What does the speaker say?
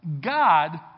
God